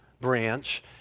branch